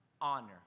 honor